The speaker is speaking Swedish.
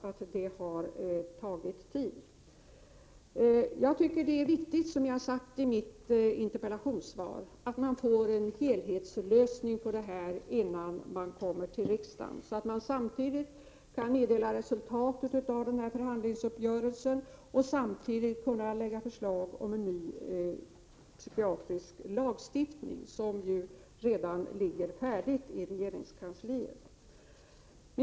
Som jag har sagt i mitt interpellationssvar tycker jag att det är viktigt att man får fram en helhetslösning på problemet innan saken kommer till riksdagen, så att man samtidigt som man meddelar resultatet av förhandlingsuppgörelsen kan lägga fram förslag om en ny lagstiftning på psykiatrins område. Ett sådant förslag ligger redan färdigt i regeringskansliet.